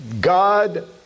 God